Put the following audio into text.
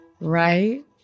right